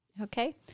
okay